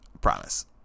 promise